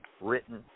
written